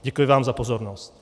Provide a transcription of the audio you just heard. Děkuji vám za pozornost.